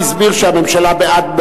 השר הסביר שהממשלה בעד,